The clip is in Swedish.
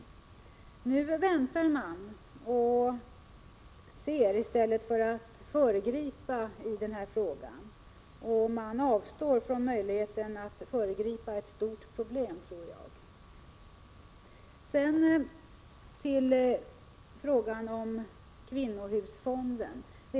Utskottet vill nu vänta och se i stället för att föregripa utvecklingen i denna fråga. Man avstår därigenom från möjligheten att förebygga ett stort problem, tror jag. Sedan övergår jag till frågan om kvinnohusfonden.